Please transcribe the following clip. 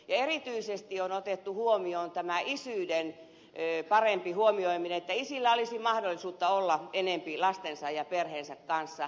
erityisesti on otettu huomioon tämä isyyden parempi huomioiminen että isillä olisi mahdollisuus olla enemmän lastensa ja perheensä kanssa